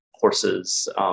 courses